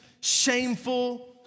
shameful